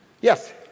Yes